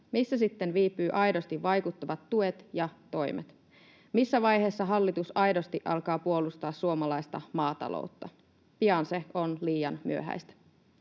Missä sitten viipyvät aidosti vaikuttavat tuet ja toimet? Missä vaiheessa hallitus aidosti alkaa puolustaa suomalaista maataloutta? Pian se on liian myöhäistä.